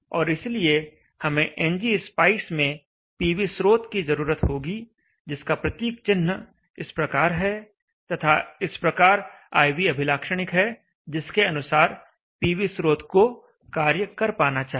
और इसलिए हमें एनजी स्पाइस में पीवी स्रोत की जरूरत होगी जिसका प्रतीक चिह्न इस प्रकार है तथा इस प्रकार I V अभिलाक्षणिक है जिसके अनुसार पीवी स्रोत को कार्य कर पाना चाहिए